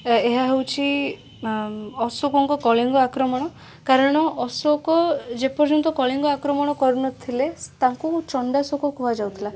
ଓ ଏହା ହେଉଛି ଅଶୋକଙ୍କ କଳିଙ୍ଗ ଆକ୍ରମଣ କାରଣ ଅଶୋକ ଯେପର୍ଯ୍ୟନ୍ତ କଳିଙ୍ଗ ଆକ୍ରମଣ କରିନଥିଲେ ତାଙ୍କୁ ଚଣ୍ଡାଶୋକ କୁହାଯାଉଥିଲା